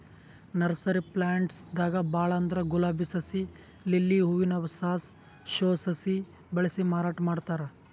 nursery plants ದಾಗ್ ಭಾಳ್ ಅಂದ್ರ ಗುಲಾಬಿ ಸಸಿ, ಲಿಲ್ಲಿ ಹೂವಿನ ಸಾಸ್, ಶೋ ಸಸಿ ಬೆಳಸಿ ಮಾರಾಟ್ ಮಾಡ್ತಾರ್